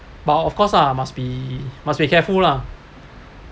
but of course lah must be must be careful lah